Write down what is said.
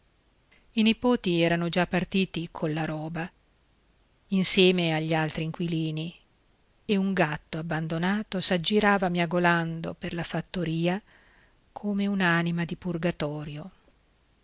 i nipoti erano già partiti colla roba insieme agli altri inquilini e un gatto abbandonato s'aggirava miagolando per la fattoria come un'anima di purgatorio